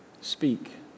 Speak